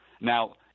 Now